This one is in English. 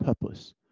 purpose